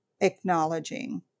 acknowledging